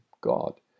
God